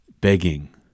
begging